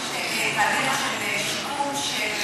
במסגרת בתי-הסוהר יש תהליך של שיקום,